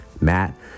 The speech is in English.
Matt